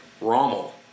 Rommel